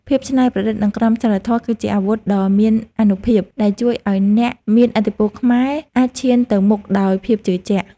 ភាពច្នៃប្រឌិតនិងក្រមសីលធម៌គឺជាអាវុធដ៏មានអានុភាពដែលជួយឱ្យអ្នកមានឥទ្ធិពលខ្មែរអាចឈានទៅមុខដោយភាពជឿជាក់។